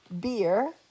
beer